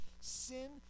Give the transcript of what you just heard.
sin